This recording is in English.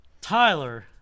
Tyler